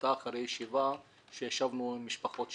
הייתה אחרי ישיבה שישבנו עם משפחות שכולות.